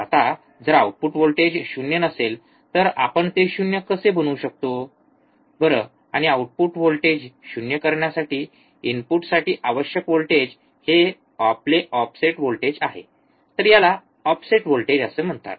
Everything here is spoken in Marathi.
तर आता जर आउटपुट व्होल्टेज शून्य ० नसेल तर आपण ते शून्य० कसे बनवू शकतो बर आणि आउटपुट व्होल्टेज शून्य ० करण्यासाठी इनपुटसाठी आवश्यक व्होल्टेज हे आपले ऑफसेट व्होल्टेज आहे तर याला ऑफसेट व्होल्टेज असे म्हणतात